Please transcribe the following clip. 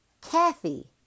Kathy